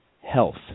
health